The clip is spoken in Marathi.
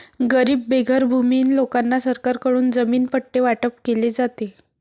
गरीब बेघर भूमिहीन लोकांना सरकारकडून जमीन पट्टे वाटप केले जाते